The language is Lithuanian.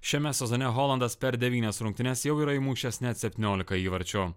šiame sezone holondas per devynias rungtynes jau yra įmušęs net septyniolika įvarčių